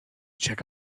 check